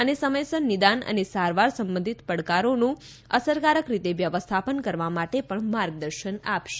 અને સમયસર નિદાન અને સારવાર સંબંધીત પડકારોનું અસરકારક રીતે વ્યવસ્થાપન કરવા માટે પણ માર્ગદર્શન આપશે